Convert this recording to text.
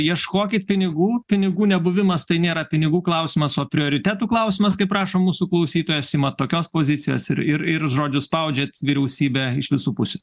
ieškokit pinigų pinigų nebuvimas tai nėra pinigų klausimas o prioritetų klausimas kaip rašo mūsų klausytojas imat tokios pozicijos ir ir ir žodžiu spaudžiant vyriausybę iš visų pusių